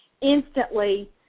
instantly